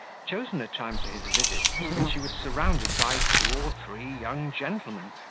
chosen a time for his visit when she was surrounded by two or three young gentlemen,